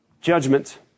Judgment